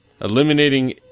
Eliminating